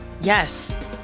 yes